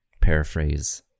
paraphrase